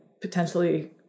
potentially